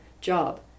job